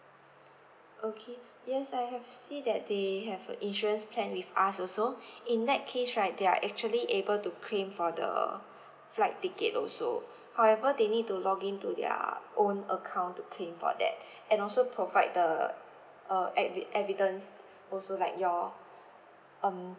okay yes I have see that they have a insurance plan with us also in that case right they are actually able to claim for the flight ticket also however they need to login to their own account to claim for that and also provide the uh evid~ evidence also like your um